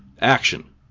Action